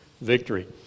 victory